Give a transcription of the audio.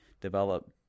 develop